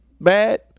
bad